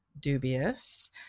dubious